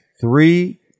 three